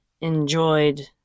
enjoyed